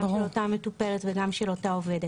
גם של המטופלת וגם של העובדת.